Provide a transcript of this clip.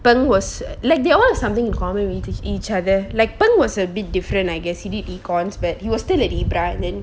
peng was like they all have something in common with each other like peng was a bit different I guess he did econs but he was still a libra and then